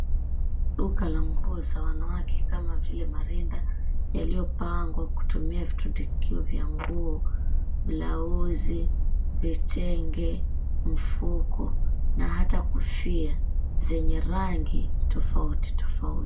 Duka la nguo za wanawake kama vile marinda yaliyopangwa kutumia vitundikio vya nguo, blauzi, vitenge, mfuko, na hata kofia, zenye rangi tofauti tofauti.